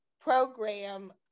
program